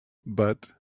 but